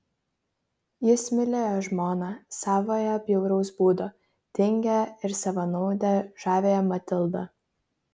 jis mylėjo žmoną savąją bjauraus būdo tingią ir savanaudę žaviąją matildą